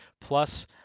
Plus